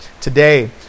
today